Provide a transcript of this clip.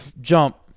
jump